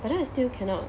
but then I still cannot